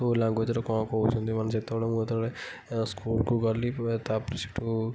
କେଉଁ ଲାଙ୍ଗୁଏଜ୍ର କ'ଣ କହୁଛନ୍ତି ମାନେ ଯେତେବେଳେ ମୁଁ ଯେତେବେଳେ ଏଁ ସ୍କୁଲକୁ ଗଲି ପେ ତା'ପରେ ସେଠୁ